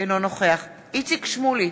אינו נוכח איציק שמולי,